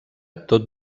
tot